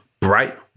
bright